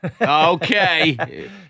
okay